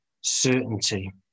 certainty